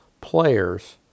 players